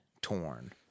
torn